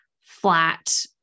flat